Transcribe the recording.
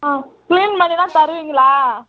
ஆ clean பண்ணி எல்லாம் தருவீங்களா